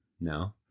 No